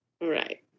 Right